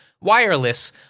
wireless